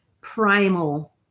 primal